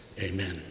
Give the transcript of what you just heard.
amen